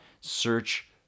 search